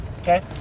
okay